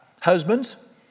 Husbands